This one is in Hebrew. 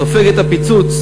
סופג את הפיצוץ